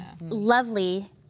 lovely